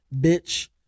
bitch